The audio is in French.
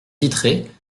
vitrée